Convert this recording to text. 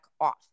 off